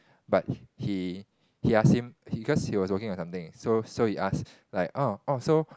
but he he ask him because he was working on something so so he ask like orh orh so